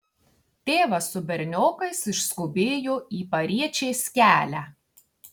tėvas su berniokais išskubėjo į pariečės kelią